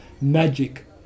magic